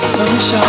sunshine